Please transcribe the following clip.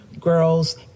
girls